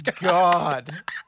God